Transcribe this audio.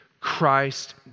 Christ